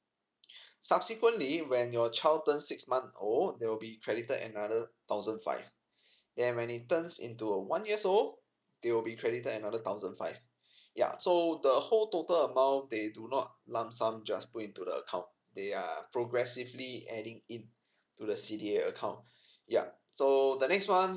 subsequently when your child turned six month old they will be credited another thousand five then when he turns into a one year old they will be credited another thousand five yeah so the whole total amount they do not lump sum just put into the account they are progressively adding in to the C_D_A account yup so the next month